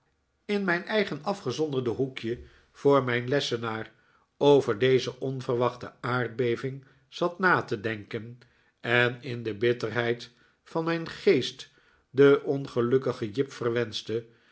in mijn eigen afgezonderde hoekje voor mijn lessenaar over deze onverwachte aardbeving zat na te denken en in de bitterheid van mijn geest den ongelukkigen jip verwenschte